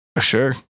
Sure